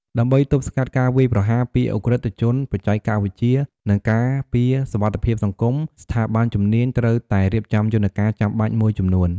ដើម្បី ទប់ស្កាត់ការវាយប្រហារ ពី ឧក្រិដ្ឋជនបច្ចេកវិទ្យា និង ការពារសុវត្ថិភាពសង្គម ស្ថាប័នជំនាញ ត្រូវតែ រៀបចំយន្តការចាំបាច់មួយចំនួន។